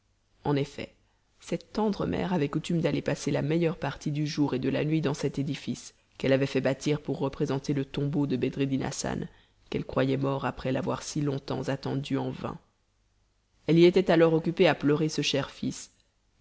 en effet cette tendre mère avait coutume d'aller passer la meilleure partie du jour et de la nuit dans cet édifice qu'elle avait fait bâtir pour représenter le tombeau de bedreddin hassan qu'elle croyait mort après l'avoir si longtemps attendu en vain elle y était alors occupée à pleurer ce cher fils